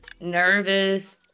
nervous